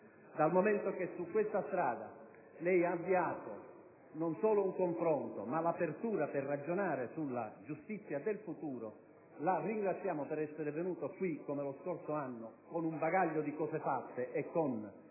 Dal momento che sulla suddetta strada lei, Ministro, ha avviato non solo un confronto, ma un'apertura per ragionare sulla giustizia del futuro, la ringraziamo per essere venuto in questa Assemblea, come lo scorso anno, con un bagaglio di cose fatte e con